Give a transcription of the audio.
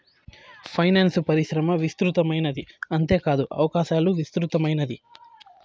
finance పరిశ్రమ విస్తృతమైనది అంతేకాదు అవకాశాలు విస్తృతమైనది